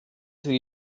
till